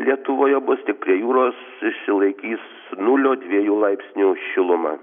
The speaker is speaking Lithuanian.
lietuvoje bus tik prie jūros išsilaikys nulio dviejų laipsnių šiluma